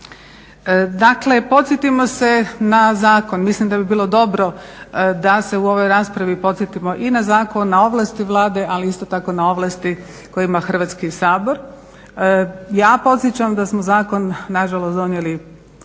Dakle, podsjetimo se na zakon, mislim da bi bilo dobro da se u ovoj raspravi podsjetimo i na zakon, na ovlasti Vlade, ali isto tako i na ovlasti koje ima Hrvatski sabor. Ja podsjećam da smo zakon nažalost donijeli